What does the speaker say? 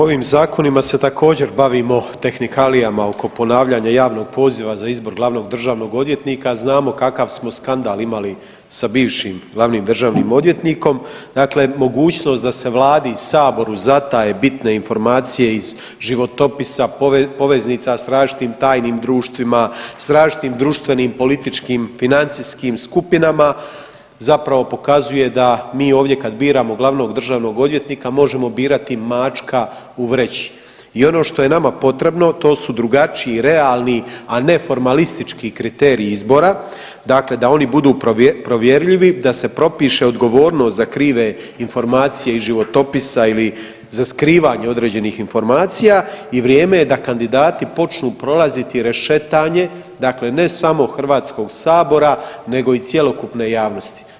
U ovim zakonima se također bavimo tehnikalijama oko ponavljanja javnog poziva za izbor glavnog državnog odvjetnika, znamo kakav smo skandal imali sa bivšim glavnim državnim odvjetnikom, dakle mogućnost da se Vladi i Saboru zataje bitne informacije iz životopisa, poveznica s različitim tajnim društvima, s različitim društvenim, političkim, financijskim skupinama zapravo pokazuje da mi ovdje kad biramo glavnog državnog odvjetnika možemo birati mačka u vreći i ono što je nama potrebno, to su drugačiji realni, a ne formalistički kriterij izbora, dakle da oni budu provjerljivi, da se propiše odgovornost za krive informacije iz životopisa ili za skrivanje određenih informacija i vrijeme je da kandidati počnu prolaziti rešetanje, dakle ne samo HS-a, nego i cjelokupne javnosti.